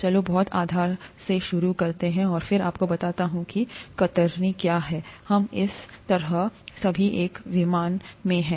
चलो बहुत आधार से शुरू करते हैं और फिर मैं आपको बताता हूं कि कतरनी क्या है इस तरह हम सभी एक ही विमान में हैं